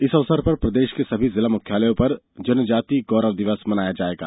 इस अवसर पर प्रदेश के सभी जिला मुख्यालयों पर जनजाति गौरव दिवस मनाया जाएगा